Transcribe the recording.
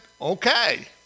okay